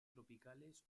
tropicales